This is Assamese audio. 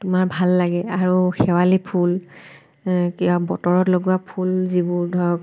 তোমাৰ ভাল লাগে আৰু শেৱালি ফুল কিবা বতৰত লগোৱা ফুল ধৰক